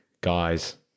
guys